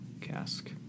cask